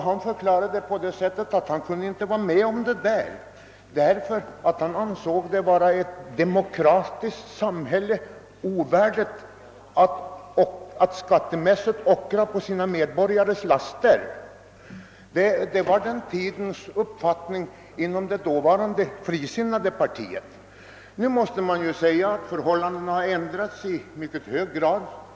Han ville inte vara med om detta, därför att han ansåg det vara ovärdigt ett demokratiskt samhälle att skattemässigt ockra på sina medborgares laster. Det var den tidens uppfattning inom det dåvarande frisinnade partiet. Förhållandena har ändrats i mycket hög grad.